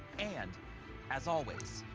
and as always,